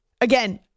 Again